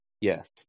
Yes